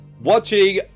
watching